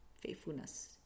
faithfulness